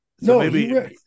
No